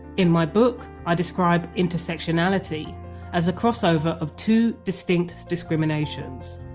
in my book i describe intersectionality as the crossover of two distinct discriminations.